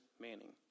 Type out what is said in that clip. Manning